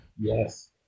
Yes